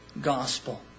gospel